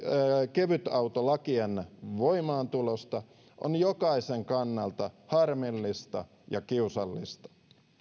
kevytautolakien voimaantulosta on jokaisen kannalta harmillista ja kiusallista